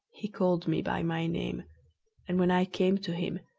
he called me by my name and, when i came to him,